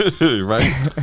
right